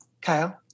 Kyle